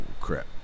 crap